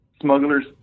smugglers